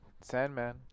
Sandman